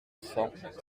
cent